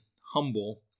humble